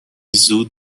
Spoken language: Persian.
زود